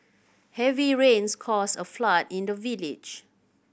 heavy rains caused a flood in the village